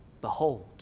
Behold